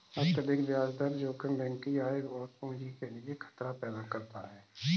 अत्यधिक ब्याज दर जोखिम बैंक की आय और पूंजी के लिए खतरा पैदा करता है